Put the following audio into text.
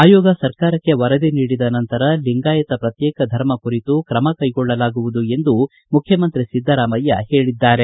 ಆಯೋಗ ಸರ್ಕಾರಕ್ಕೆ ವರದಿ ನೀಡಿದ ನಂತರ ಲಿಂಗಾಯತ ಪ್ರತ್ಯೇಕ ಧರ್ಮ ಕುರಿತು ಕ್ರಮ ಕೈಗೊಳ್ಳಲಾಗುವುದು ಎಂದು ಮುಖ್ಯಮಂತ್ರಿ ಸಿದ್ದರಾಮಯ್ಯ ಹೇಳದ್ದಾರೆ